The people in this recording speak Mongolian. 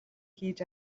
хийж